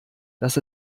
dass